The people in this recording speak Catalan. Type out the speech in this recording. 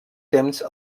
temps